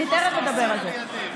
תכף אני אדבר על זה.